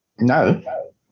No